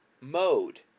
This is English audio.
Mode